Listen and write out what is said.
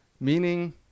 meaning